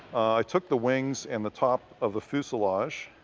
i took the wings and the top of the fuselage